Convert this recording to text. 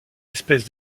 espèces